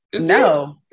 No